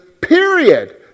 period